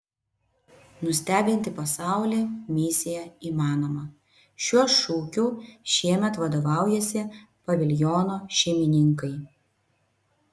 nustebinti pasaulį misija įmanoma šiuo šūkiu šiemet vadovaujasi paviljono šeimininkai